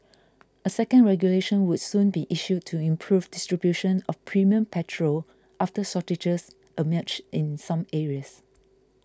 a second regulation would soon be issued to improve distribution of premium petrol after shortages emerged in some areas